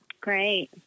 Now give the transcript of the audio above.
Great